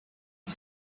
you